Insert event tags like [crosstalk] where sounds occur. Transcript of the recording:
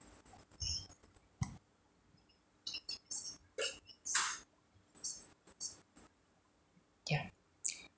yeah [breath]